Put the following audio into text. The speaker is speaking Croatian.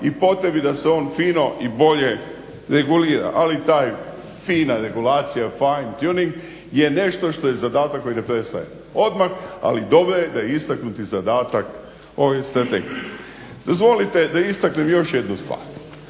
i potrebi da se on fino i bolje regulira. Ali ta fina regulacija, fine tunning, je nešto što je zadatak koji ne prestaje odmah, ali dobro je da je istaknuti zadatak ove strategije. Dozvolite da istaknem još jednu stvar,